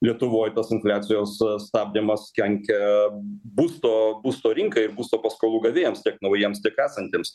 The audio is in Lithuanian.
lietuvoje tos infliacijos stabdymas kenkia būsto būsto rinkai ir būsto paskolų gavėjams tiek naujiems tiek esantiems